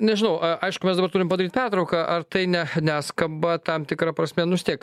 nežinau a aišku mes dabar turim padaryti pertrauką ar tai ne neskamba tam tikra prasme nu stiek